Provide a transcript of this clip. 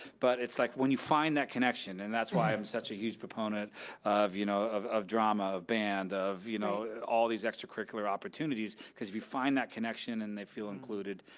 but it's like, when you find that connection, and that's why i'm such a huge proponent of, you know, of of drama, of band, of, you know, all these extracurricular opportunities, cause if you find that connection and they feel included,